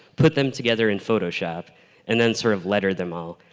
put them together in photoshop and then sort of letter them all.